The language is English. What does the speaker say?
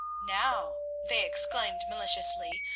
now, they exclaimed maliciously,